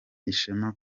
ishema